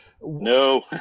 No